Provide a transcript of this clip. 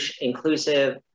inclusive